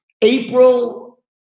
April